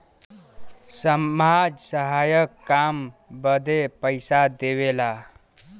समाज सहायक काम बदे पइसा देवेला